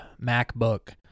macbook